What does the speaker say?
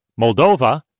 Moldova